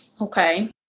Okay